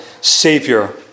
savior